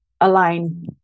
align